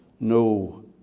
No